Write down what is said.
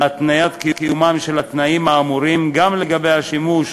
בהתניית קיומם של התנאים האמורים גם לגבי השימוש